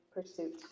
pursuit